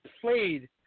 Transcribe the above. played